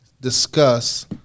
discuss